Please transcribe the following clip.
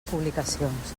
publicacions